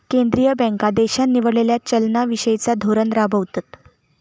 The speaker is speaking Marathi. केंद्रीय बँका देशान निवडलेला चलना विषयिचा धोरण राबवतत